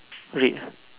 red ah